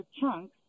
chunks